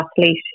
athlete